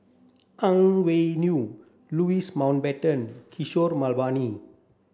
Ang Wei Neng Louis Mountbatten Kishore Mahbubani